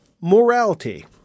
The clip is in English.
morality